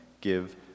give